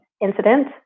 incident